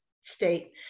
state